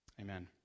Amen